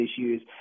issues